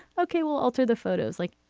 ok, well, alter the photos like,